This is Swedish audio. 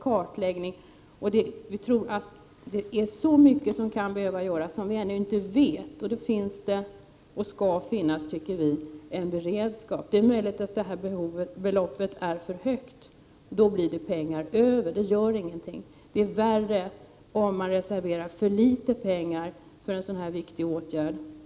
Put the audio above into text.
Kartläggning behövs, och många andra åtgärder som vi nu inte är på det klara med behöver vidtas. Vi tycker att det bör finnas en beredskap för detta. Det är möjligt att beloppet är för högt, men då blir det pengar över. Det gör ingenting. Det är värre att reservera för litet pengar för en så här viktig åtgärd.